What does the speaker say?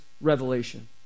revelation